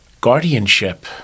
guardianship